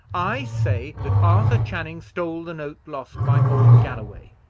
i say that arthur channing stole the note lost by old galloway.